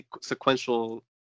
sequential